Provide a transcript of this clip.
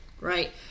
right